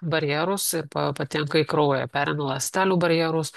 barjerus ir pa patenka į kraują pereina ląstelių barjerus